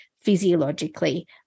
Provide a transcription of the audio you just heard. physiologically